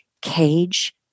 cage